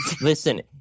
Listen